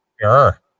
Sure